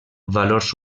valors